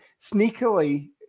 sneakily